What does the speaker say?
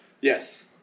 Yes